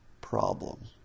problem